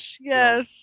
Yes